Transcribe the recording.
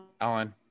Alan